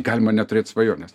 galima neturėt svajonės